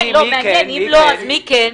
מעניין אם לא אז מי כן?